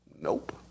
Nope